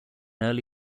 early